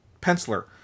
penciler